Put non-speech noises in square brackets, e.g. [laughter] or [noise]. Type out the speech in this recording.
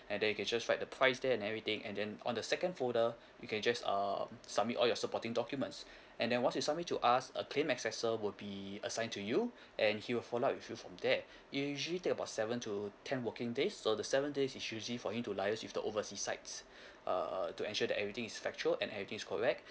and then you can just write the price there and everything and then on the second folder you can just err submit all your supporting documents and then once you submit to us a claim accessor would be assigned to you and he will follow up with you from there it usually take about seven to ten working days so the seven days is usually for him to liaise with the oversea sides [breath] uh uh to ensure that everything is factual and everything is correct